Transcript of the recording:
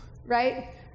right